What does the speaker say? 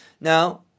Now